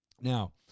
Now